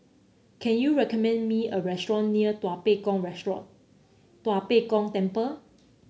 can you recommend me a restaurant near Tua Pek Kong Restaurant Tua Pek Kong Temple